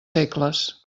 segles